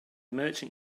merchant